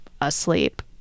asleep